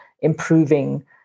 improving